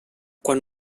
quan